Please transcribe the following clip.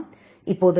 இப்போது நான் 172